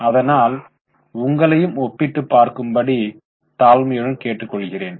அதனால் உங்களையும் ஒப்பிட்டு பார்க்கும் படி தாழ்மையுடன் கேட்டுக் கொள்கிறேன்